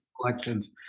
collections